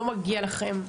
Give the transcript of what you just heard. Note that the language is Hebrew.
לא מגיע לכם.